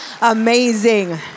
Amazing